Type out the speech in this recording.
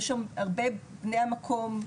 יש שם הרבה בני המקום.